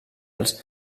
els